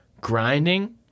grinding